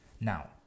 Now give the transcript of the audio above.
now